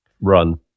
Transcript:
Run